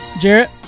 Jarrett